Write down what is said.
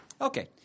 okay